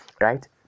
Right